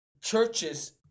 churches